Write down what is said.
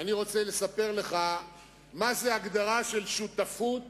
אני רוצה לספר לך מהי הגדרה של שותפות